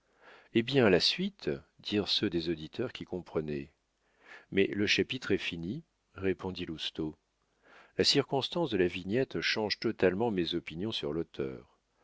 eh bien la suite dirent ceux des auditeurs qui comprenaient mais le chapitre est fini répondit lousteau la circonstance de la vignette change totalement mes opinions sur l'auteur